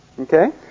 Okay